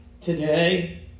today